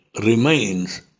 remains